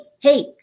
hey